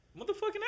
motherfucking